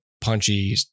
punchy